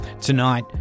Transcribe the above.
Tonight